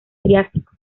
triásico